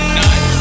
night